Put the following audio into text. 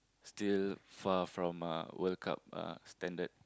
still far from uh World-Cup uh standard